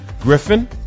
Griffin